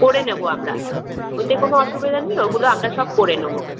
করে নেবো আমরা ওতে কোনো অসুবিধা নেই ওগুলো আমরা সব করে নেবো